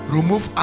Remove